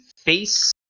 face